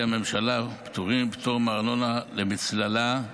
הממשלה (פטורין) ( פטור מארנונה למצללה),